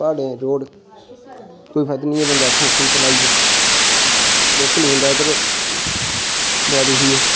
साढे़ रोड कोई फायदा निं ऐ बंदा इ'त्थें आइयै बलाइये लोकल बंदा इद्धर बड़ा दुखी ऐ